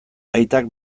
aitak